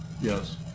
Yes